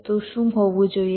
તો શું હોવું જોઈએ